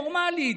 נורמלית,